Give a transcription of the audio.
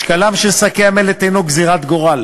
משקלם של שקי המלט אינו גזירת גורל,